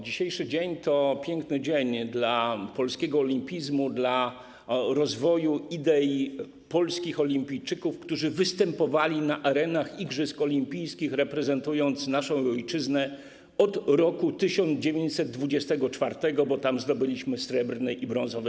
Dzisiejszy dzień to piękny dzień dla polskiego olimpizmu, dla rozwoju idei polskich olimpijczyków, którzy występowali na arenach igrzysk olimpijskich, reprezentując naszą ojczyznę od roku 1924, bo wtedy zdobyliśmy medale srebrny i brązowy.